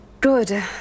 Good